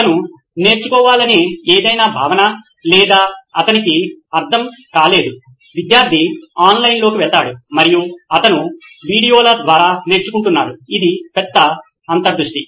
అతను నేర్చుకోవాలనుకునే ఏదైనా భావన లేదా అతనికి అర్థం కాలేదు విద్యార్థి ఆన్లైన్లోకి వెళ్తాడు మరియు అతను వీడియోల ద్వారా నేర్చుకుంటున్నాడు ఇది పెద్ద అంతర్దృష్టి